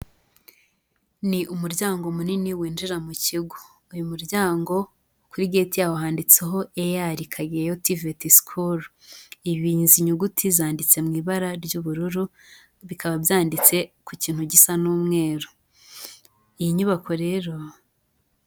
Ni umuryango munini winjira mu kigo, uyu muryango kuri geti yawo handitseho Eyari kageyo tiveti sukuru. Izi zanditse mu ibara ry'ubururu bikaba byanditse ku kintu gisa n'umweru. Iyi nyubako rero...